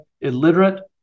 illiterate